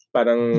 Parang